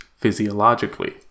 physiologically